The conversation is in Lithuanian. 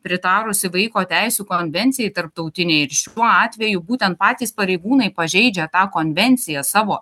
pritarusi vaiko teisių konvencijai tarptautinei ir šiuo atveju būtent patys pareigūnai pažeidžia tą konvenciją savo